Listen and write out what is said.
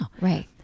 Right